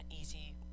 easy